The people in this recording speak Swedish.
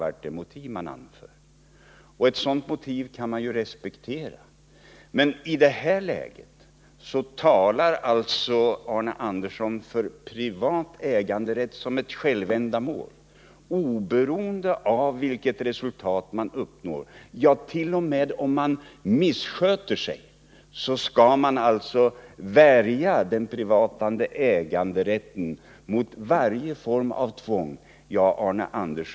Ett sådant motiv kan jag respektera, men Arne Andersson talar för privat äganderätt som ett självändamål, oberoende av vilket resultat man uppnår. T.o.m. om skogsägare missköter sig skall man värja den privata äganderätten mot varje form av tvång, menar Arne Andersson.